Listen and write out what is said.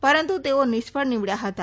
પરંતુ તેઓ નિષ્ફળ નિવડયા હતા